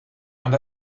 and